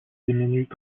diminuent